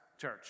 church